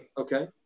Okay